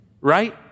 right